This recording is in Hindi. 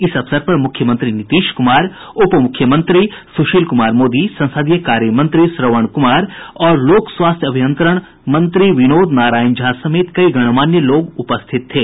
इस अवसर पर मुख्यमंत्री नीतीश कुमार उपमुख्यमंत्री सुशील कुमार मोदी संसदीय कार्य मंत्री श्रवण कुमार और लोक स्वास्थ्य अभियंत्रण मंत्री विनोद नारायण झा समेत कई गणमान्य लोग उपस्थित थे